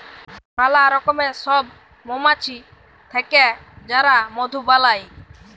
ম্যালা রকমের সব মমাছি থাক্যে যারা মধু বালাই